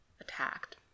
attacked